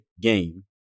game